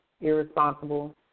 irresponsible